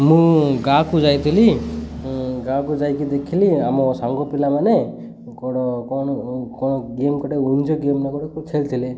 ମୁଁ ଗାଁ'କୁ ଯାଇଥିଲି ଗାଁ'କୁ ଯାଇକି ଦେଖିଲି ଆମ ସାଙ୍ଗ ପିଲାମାନେ କ କ'ଣ କ'ଣ ଗେମ୍ ଗୋଟେ ଗେମ୍ ନା ଗୋଟେ ଖେଳିଥିଲେ